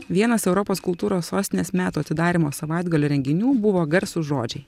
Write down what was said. vienas europos kultūros sostinės metų atidarymo savaitgalio renginių buvo garsūs žodžiai